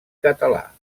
català